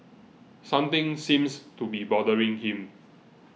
something seems to be bothering him